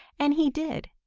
and he did,